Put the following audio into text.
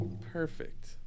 Perfect